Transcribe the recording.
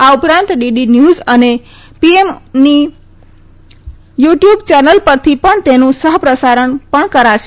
આ ઉપરાંત DD news અને પીએમઓની યુ ટયુબ ચેનલ પરથી પણ તેનું સહપ્રસારણ પણ કરાશે